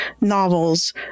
novels